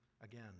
again